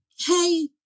Hey